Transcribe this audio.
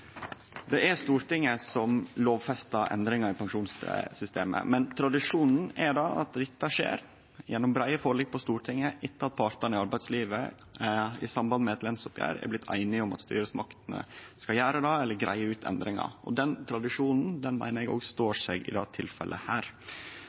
Det er Stortinget som lovfestar endringar i pensjonssystemet, men tradisjonen er at dette skjer gjennom breie forlik på Stortinget etter at partane i arbeidslivet i samband med eit lønsoppgjer er blitt einige om at styresmaktene skal gjere det eller greie ut endringar. Den tradisjonen meiner eg